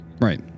Right